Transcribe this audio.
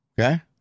okay